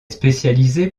spécialisé